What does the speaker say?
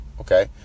okay